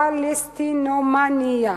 "פלסטינומאניה".